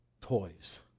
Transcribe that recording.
toys